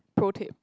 pro tip